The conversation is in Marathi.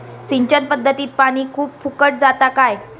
सिंचन पध्दतीत पानी खूप फुकट जाता काय?